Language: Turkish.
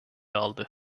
aldı